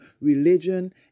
religion